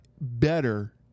better